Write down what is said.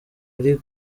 ari